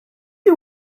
you